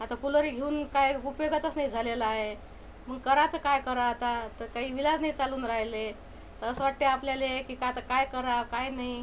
आता कूलर घेऊन काय उपयोगाचा नाही झालेला आहे मग कराचं काय करा आता तर काही विलाज् नाही चालून रायले असं वाटते आपल्याले की तर आता काय कराव् काय नाही